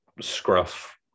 scruff